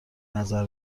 نظر